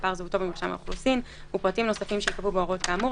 מספר זהותו במרשם האוכלוסין ופרטים נוספים שייקבעו בהוראות כאמור,